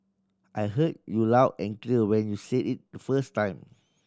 I heard you loud and clear when you said it the first time